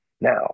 now